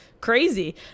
crazy